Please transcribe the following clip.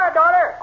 daughter